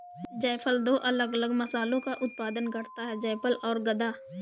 जायफल दो अलग अलग मसालों का उत्पादन करता है जायफल और गदा